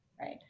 right